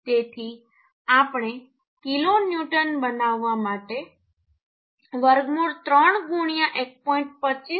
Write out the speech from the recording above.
તેથી આપણે કીલોન્યુટન બનાવવા માટે વર્ગમૂળ 3 1